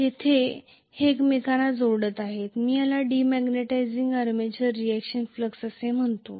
जेथे ते एकमेकांना जोडत आहेत मी याला डिमेग्नेटिझिंग आर्मेचर रिएक्शन फ्लक्स असे म्हणतो